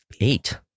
eight